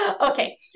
Okay